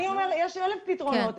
יש אלף פתרונות.